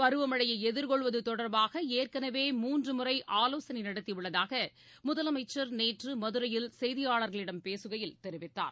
பருவமழையைஎதிர்கொள்வதுதொடர்பாகஏற்கனவே மூன்றுமுறைஆலோசனைநடத்திஉள்ளதாகமுதலமச்சர் நேற்றுமதுரையில் செய்தியாளர்களிடம் பேககையில் தெரிவித்தார்